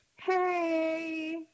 hey